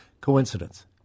coincidence